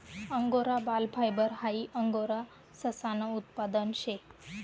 angora बाल fibre हाई angora ससानं उत्पादन शे